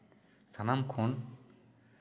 ᱥᱟᱱᱟ ᱢ ᱠᱷᱚᱱ